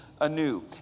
anew